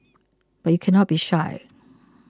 but you cannot be shy